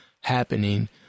happening